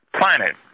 Planet